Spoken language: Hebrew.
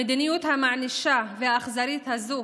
המדיניות המענישה והאכזרית הזו,